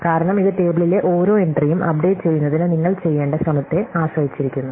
കാരണം ഇത് ടേബിളിലെ ഓരോ എൻട്രിയും അപ്ഡേറ്റ് ചെയ്യുന്നതിന് നിങ്ങൾ ചെയ്യേണ്ട ശ്രമത്തെ ആശ്രയിച്ചിരിക്കുന്നു